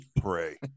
Pray